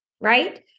Right